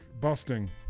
Busting